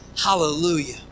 Hallelujah